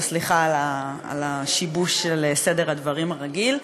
וסליחה על השיבוש של סדר הדברים הרגיל.